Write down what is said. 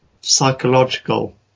psychological